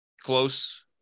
Close